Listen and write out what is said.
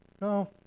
No